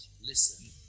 Listen